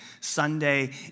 Sunday